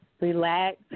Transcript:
relax